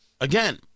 Again